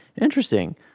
interesting